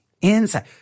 inside